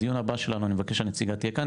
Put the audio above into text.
בדיון הבא שלנו אני מבקש שהנציגה תהיה כאן.